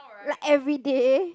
like everyday